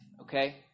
Okay